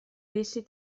vici